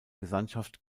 gesandtschaft